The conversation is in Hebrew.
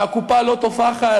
והקופה לא תופחת,